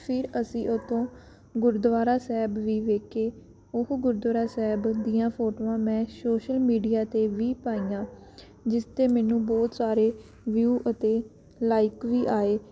ਫਿਰ ਅਸੀਂ ਉੱਥੋਂ ਗੁਰਦੁਆਰਾ ਸਾਹਿਬ ਵੀ ਵੇਖੇ ਉਹ ਗੁਰਦੁਆਰਾ ਸਾਹਿਬ ਦੀਆਂ ਫੋਟੋਆਂ ਮੈਂ ਸੋਸ਼ਲ ਮੀਡੀਆ 'ਤੇ ਵੀ ਪਾਈਆਂ ਜਿਸ 'ਤੇ ਮੈਨੂੰ ਬਹੁਤ ਸਾਰੇ ਵਿਊ ਅਤੇ ਲਾਇਕ ਵੀ ਆਏ